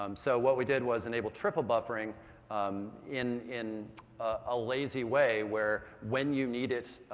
um so what we did was enable triple buffering um in in a lazy way where, when you need it,